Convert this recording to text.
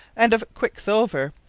and of quick silver,